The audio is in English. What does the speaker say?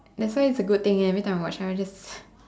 that's why it's a good thing every time I watch I will just